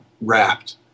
wrapped